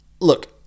look